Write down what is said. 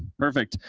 perfect.